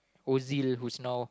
Ozil who's now